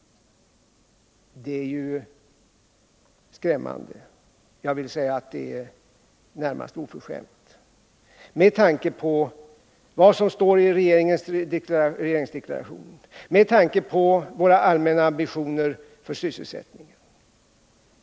Det är ju skrämmande! Jag vill säga att det är närmast oförskämt, med tanke på vad som står i regeringsdeklarationen och med tanke på våra allmänna ambitioner för sysselsättningen.